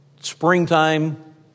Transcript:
springtime